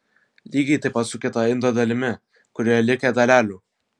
lygiai taip pat su kita indo dalimi kurioje likę dalelių